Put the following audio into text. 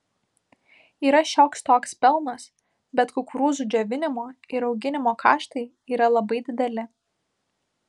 yra šioks toks pelnas bet kukurūzų džiovinimo ir auginimo kaštai yra labai dideli